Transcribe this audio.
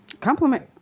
Compliment